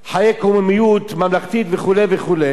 ואחר כך אני מביא,